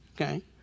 Okay